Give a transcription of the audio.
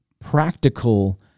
practical